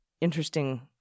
interesting